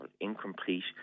incomplete